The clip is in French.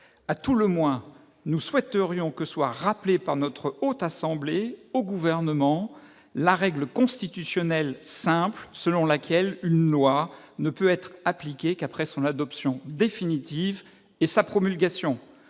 À tout le moins, nous souhaiterions que soit rappelée au Gouvernement par notre Haute Assemblée la règle constitutionnelle, simple, selon laquelle une loi ne peut être appliquée qu'après son adoption définitive et sa promulgation.